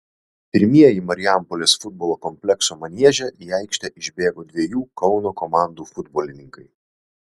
pirmieji marijampolės futbolo komplekso manieže į aikštę išbėgo dviejų kauno komandų futbolininkai